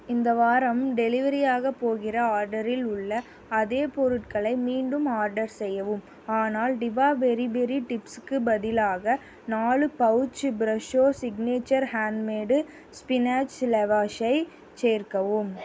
இந்த வாரம் டெலிவரியாகப் போகிற ஆர்டரில் உள்ள அதே பொருட்களை மீண்டும் ஆர்டர் செய்யவும் ஆனால் டிபா பெரி பெரி சிப்ஸுக்கு பதிலாக நாலு பவுச்சி ப்ரெஷ்ஷோ சிக்னேச்சர் ஹேண்ட்மேடு ஸ்பினாச் லவாஷை சேர்க்கவும்